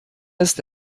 ist